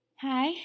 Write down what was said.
Hi